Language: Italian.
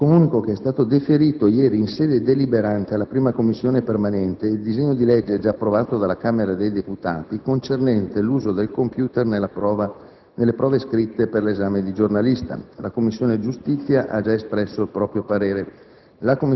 Comunico che è stato deferito ieri, in sede deliberante, alla 1a Commissione permanente il disegno di legge, già approvato dalla Camera dei deputati, concernente l'uso del *computer* nelle prove scritte per l'esame di giornalista (1939). La Commissione giustizia ha già espresso il proprio parere.